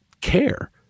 care